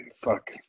Fuck